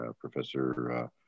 Professor